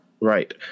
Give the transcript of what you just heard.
Right